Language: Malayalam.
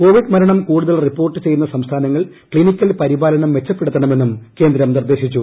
കോവിഡ് മരണം കൂടുതൽ റിപ്പോർട്ട് ചെയ്യുന്ന സംസ്ഥാനങ്ങൾ ക്സിനിക്കൽ പരിപാലനം മെച്ചപ്പെടുത്തണമെന്നും കേന്ദ്രം നിർദ്ദേശിച്ചു